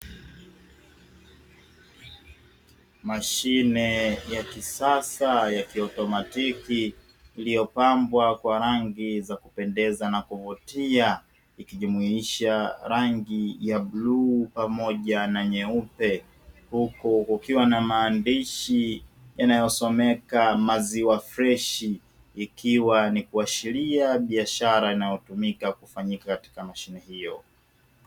Mashine ya kisasa ya kiautomatiki, iliyopambwa kwa rangi za kupendeza na kuvutia; ikijumuisha rangi ya bluu pamoja na nyeupe, huku kukiwa na maandishi yanayosomeka "Maziwa Freshi", ikiwa ni kuashiria biashara inayotumika kufanyika katika mashine hiyo.